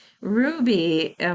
Ruby